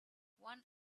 one